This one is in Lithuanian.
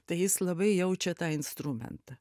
tai jis labai jaučia tą instrumentą